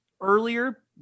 earlier